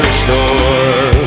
store